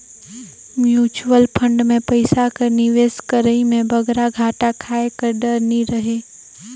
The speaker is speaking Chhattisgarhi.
म्युचुवल फंड में पइसा कर निवेस करई में बगरा घाटा खाए कर डर नी रहें